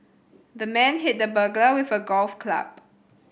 the man hit the burglar with a golf club